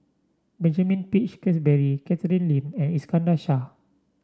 Benjamin Peach Keasberry Catherine Lim and Iskandar Shah